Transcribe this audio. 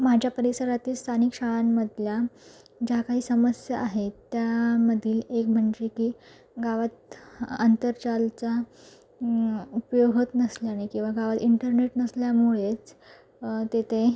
माझ्या परिसरातील स्थानिक शाळांमदल्या ज्या काही समस्या आहेत त्यामधील एक म्हणजे की गावात अंतरजालचा उपयोग होत नसल्याने किंवा गावात इंटरनेट नसल्यामुळेच तिथे